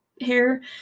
hair